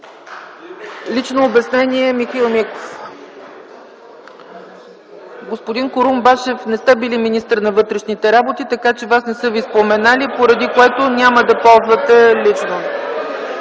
Петър Курумбашев.) Господин Курумбашев, не сте били министър на вътрешните работи, така че Вас не са Ви споменали, поради което няма да ползвате лично